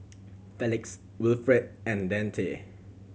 Felix Wilfrid and Dante